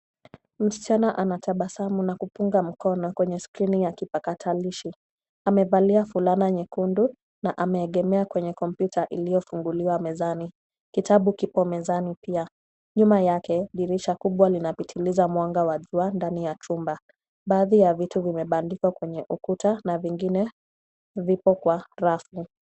Msichana anatabasamu na kupunga mkono kwenye skrini ya kipakatalishi, amevalia fulana nyekundu na ameegemea kwenye kompyuta iliyofunguliwa mezani. Kitabu kipo mezani pia, nyuma yake dirisha kubwa linapitiliza mwanga wa jua ndani ya chumba. Baadhi ya vitu vimebandikwa kwenye ukuta, na vingine viko kwenye rafu.